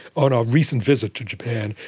on our recent visit to japan,